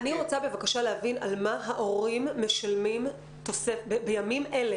אני רוצה בבקשה להבין על מה ההורים משלמים בימים אלה,